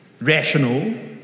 rational